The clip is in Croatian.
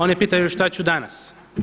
Oni pitaju šta ću danas.